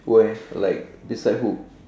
where like beside who